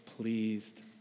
pleased